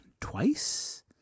twice